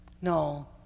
No